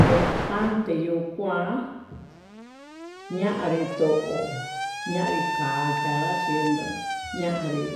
Kué ante yuu kuan yanré to'o, ñanri kaya kachindó yavii